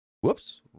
Whoops